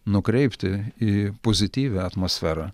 nukreipti į pozityvią atmosferą